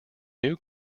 new